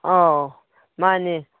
ꯑꯧ ꯃꯥꯅꯦ